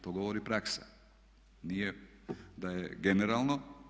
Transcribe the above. To govori praksa, nije da je generalno.